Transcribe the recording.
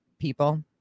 people